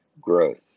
growth